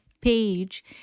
page